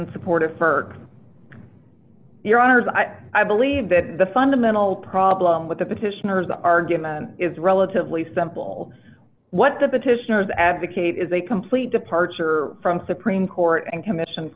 in support of ferk your honors i i believe that the fundamental problem with the petitioners argument is relatively simple what the petitioners advocate is a complete departure from supreme court and commission